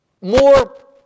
more